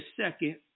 second